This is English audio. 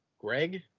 Greg